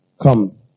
come